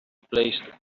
placed